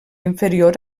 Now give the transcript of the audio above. inferior